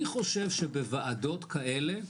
אני חושב שבוועדות כאלה,